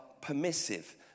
permissive